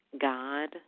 God